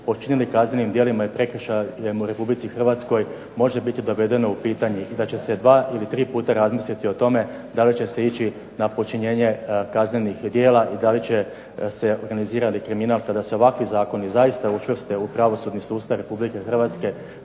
počinili kaznenim djelima i prekršajem u Republici Hrvatskoj može biti dovedeno u pitanje i da će se dva ili tri puta razmisliti o tome da li će se ići na počinjenje kaznenih djela i da li će se organizirani kriminal, kada se ovakvi zakoni zaista učvrste u pravosudni sustav Republike Hrvatske,